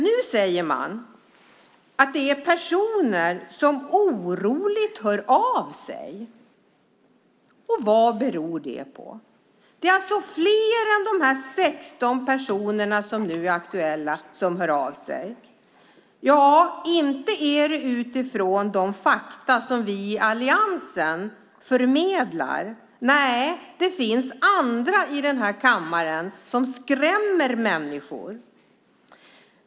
Nu säger man att det är personer som oroligt hör av sig. Vad beror det på? Det är alltså fler än de 16 personer som nu är aktuella som hör av sig. Ja, inte är det utifrån de fakta som vi i alliansen förmedlar. Nej, det finns andra i den här kammaren som skrämmer människor.